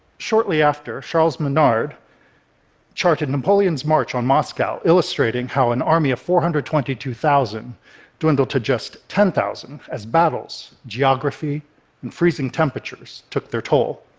shortly after, charles minard charted napoleon's march on moscow, illustrating how an army of four hundred and twenty two thousand dwindled to just ten thousand as battles, geography and freezing temperatures took their toll.